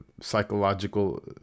psychological